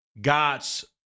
God's